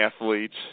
athletes